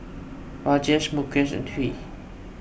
Rajesh Mukesh and Hri